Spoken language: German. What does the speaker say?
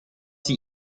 sie